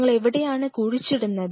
നിങ്ങൾ എവിടെയാണ് കുഴിച്ചിടുന്നത്